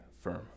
firm